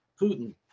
Putin